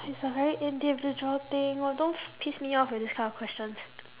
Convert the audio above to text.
it's a very individual thing !wah! don't f~ piss me off with this kind of questions